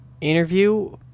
interview